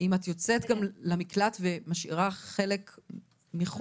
אם את יוצאת גם למקלט ומשאירה חלק מאחור?